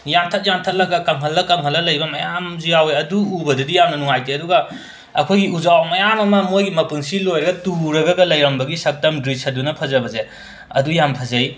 ꯌꯥꯟꯊꯠ ꯌꯥꯟꯊꯠꯂꯒ ꯀꯪꯍꯜꯂ ꯀꯪꯍꯜꯂ ꯂꯩꯕ ꯃꯌꯥꯝꯁꯨ ꯌꯥꯎꯋꯦ ꯑꯗꯨ ꯎꯕꯗꯗꯤ ꯌꯥꯝꯅ ꯅꯨꯡꯉꯥꯏꯇꯦ ꯑꯗꯨꯒ ꯑꯩꯈꯣꯏꯒꯤ ꯎꯖꯥꯎ ꯃꯌꯥꯝ ꯑꯃ ꯃꯣꯏꯒꯤ ꯃꯄꯨꯟꯁꯤ ꯂꯣꯏꯔꯒ ꯇꯨꯔꯒꯒ ꯂꯩꯔꯝꯕꯒꯤ ꯁꯛꯇꯝ ꯗ꯭ꯔꯤꯁꯗꯨꯅ ꯐꯖꯕꯁꯦ ꯑꯗꯨ ꯌꯥꯝꯅ ꯐꯖꯩ